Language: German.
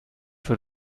für